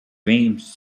dreams